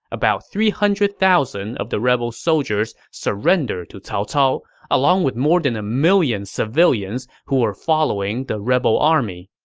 about three hundred thousand of the rebel soldiers surrendered to cao cao, along with more than a million civilians who were following the rebel army.